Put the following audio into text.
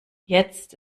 jetzt